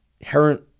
inherent